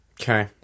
Okay